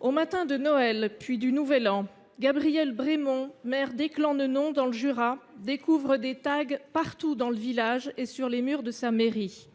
au matin de Noël, puis au matin du Nouvel An, Gabriel Bremond, maire d’Eclans Nenon, dans le Jura, découvre des tags partout dans le village et sur les murs de sa mairie